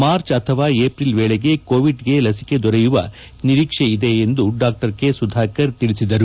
March ಅಥವಾ April ವೇಳೆಗೆ Covid ಲಸಿಕೆ ದೊರೆಯುವ ನಿರೀಕ್ಷೆ ಇದೆ ಎಂದರು